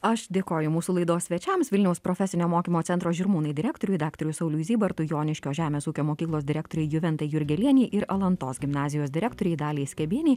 aš dėkoju mūsų laidos svečiams vilniaus profesinio mokymo centro žirmūnai direktoriui daktarui sauliui zybartui joniškio žemės ūkio mokyklos direktorei juventai jurgelienei ir alantos gimnazijos direktorei daliai skebienei